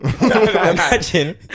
Imagine